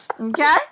okay